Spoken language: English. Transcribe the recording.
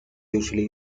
usually